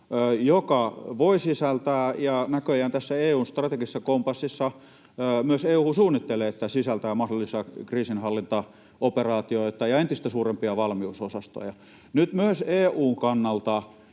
joka voi sisältää — ja näköjään tässä EU:n strategisessa kompassissa myös EU suunnittelee, että sisältää — mahdollisia kriisinhallintaoperaatioita ja entistä suurempia valmiusosastoja. Nyt myös EU:n kannalta